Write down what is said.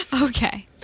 Okay